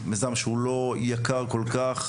זה מיזם שהוא לא יקר כל-כך.